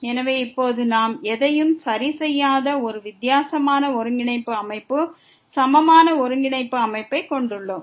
எனவே இப்போது நாம் எதையும் சரிசெய்யாத ஒரு வித்தியாசமான ஒருங்கிணைப்பு அமைப்பு சமமான ஒருங்கிணைப்பு அமைப்பைக் கொண்டுள்ளோம்